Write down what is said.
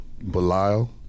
Belial